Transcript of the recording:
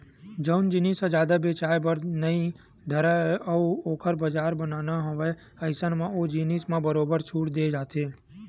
जउन जिनिस ह जादा बेचाये बर नइ धरय अउ ओखर बजार बनाना हवय अइसन म ओ जिनिस म बरोबर छूट देय जाथे